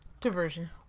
diversion